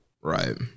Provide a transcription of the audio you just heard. Right